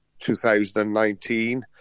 2019